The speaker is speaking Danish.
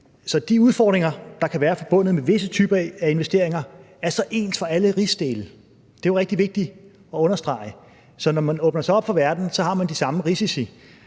Så de udfordringer, der kan være forbundet med visse typer af investeringer, er ens for alle dele af rigsfællesskabet. Det er jo rigtig vigtigt at understrege. Så når man åbner sig op for verden, har man de samme risici.